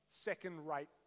second-rate